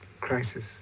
crisis